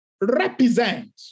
represent